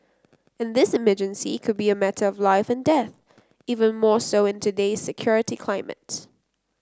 and this emergency could be a matter of life and death even more so in today's security climate